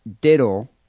diddle